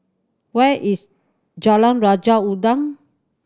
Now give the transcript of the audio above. where is Jalan Raja Udang